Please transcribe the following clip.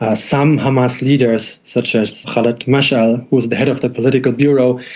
ah some hamas leaders, such as khaled meshaal, who's the head of the political bureau,